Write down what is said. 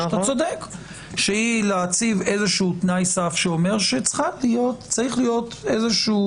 שאתה צודק שהיא להציב איזה שהוא תנאי סף שאומר שצריך להיות איזה שהוא